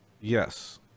Yes